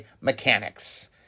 mechanics